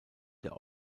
der